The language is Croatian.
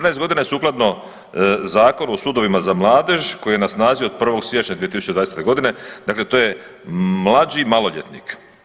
14 godina je sukladno Zakonu o sudovima za mladež koji je na snazi od 1. siječnja 2020. godine, dakle to je mlađi maloljetnik.